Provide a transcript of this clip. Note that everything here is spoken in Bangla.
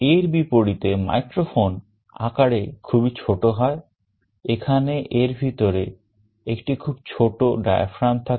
এর বিপরীতে microphone আকারে খুবই ছোট হয় এখানে এর ভিতরে একটি খুব ছোট diaphragm থাকে